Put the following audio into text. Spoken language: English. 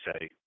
say